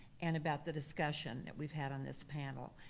and about the discussion that we've had on this panel,